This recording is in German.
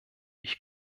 ich